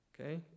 okay